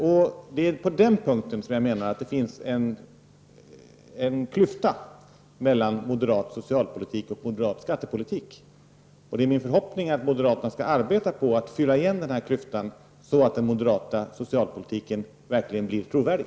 Jag menar att det är på denna punkt som det finns en klyfta mellan moderat socialpolitik och moderat skattepolitik. Det är min förhoppning att moderaterna skall arbeta på att fylla igen denna klyfta så att den moderata socialpolitiken verkligen blir trovärdig.